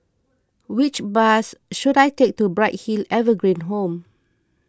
which bus should I take to Bright Hill Evergreen Home